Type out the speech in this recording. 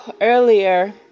Earlier